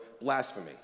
blasphemy